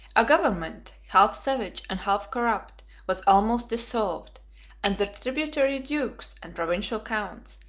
a government, half savage and half corrupt, was almost dissolved and the tributary dukes, and provincial counts,